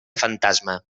fantasma